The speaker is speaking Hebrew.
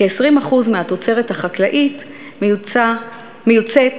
כ-20% מהתוצרת החקלאית מיוצאת